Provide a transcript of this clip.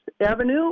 Avenue